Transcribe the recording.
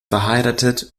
verheiratet